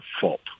fault